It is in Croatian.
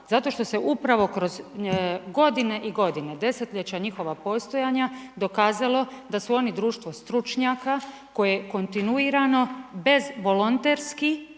Zato što se upravo kroz godine i godine, desetljeća njihova postojanja dokazalo da su oni Društvo stručnjaka koje kontinuirano bez volonterski